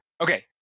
Okay